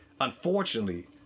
unfortunately